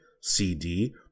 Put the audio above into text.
CD